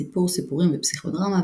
סיפור סיפורים ופסיכודרמה,